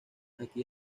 aquí